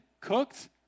cooked